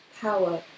power